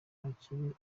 hakiri